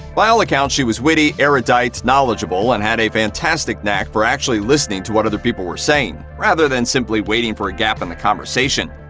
by all accounts, she was witty, erudite, knowledgeable, and had a fantastic knack for actually listening to what other people were saying, rather than simply waiting for a gap in the conversation.